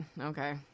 Okay